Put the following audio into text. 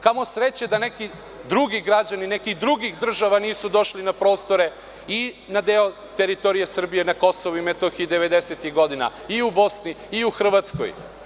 Kamo sreće da neki drugi građani, nekih drugih država nisu došli na prostore i na deo teritorije Srbije, na deo Kosova i Metohije, i u Bosni i u Hrvatskoj.